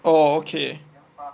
oh okay